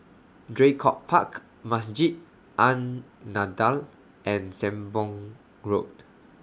Draycott Park Masjid An Nahdhah and Sembong Road